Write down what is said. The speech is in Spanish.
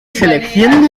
selección